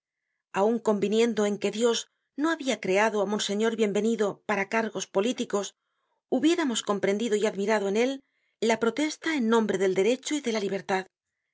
aun conviniendo en que dios no habia creado á monseñor bienvenido para cargos políticos hubiéramos comprendido y admirado en él la protesta en nombre del derecho y de la libertad